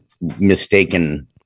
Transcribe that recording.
mistaken